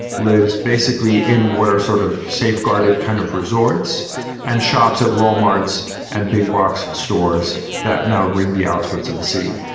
lives basically in water, sort of safeguarded kind of resorts and shops at wal-marts and big box stores that now ring the outskirts of the city.